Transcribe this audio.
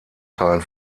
teilen